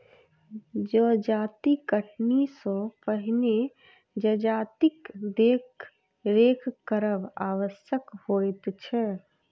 जजाति कटनी सॅ पहिने जजातिक देखरेख करब आवश्यक होइत छै